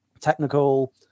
technical